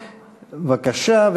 בבקשה,